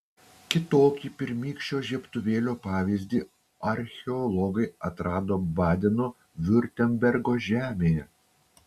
kitokį pirmykščio žiebtuvėlio pavyzdį archeologai atrado badeno viurtembergo žemėje